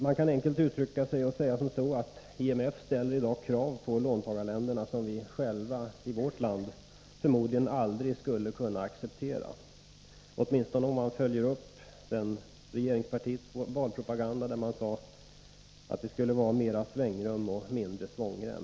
Man kan enkelt uttryckt säga att IMF i dag ställer sådana krav på låntagarländerna som vi själva, i vårt land, förmodligen aldrig skulle kunna acceptera — åtminstone inte om man följer upp regeringspartiets valpropa ganda, där det hette att det skulle vara mer svängrum och mindre svångrem.